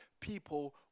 people